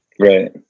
Right